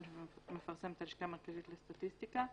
שמפרסמת הלשכה המרכזית לסטטיסטיקה.